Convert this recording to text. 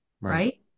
right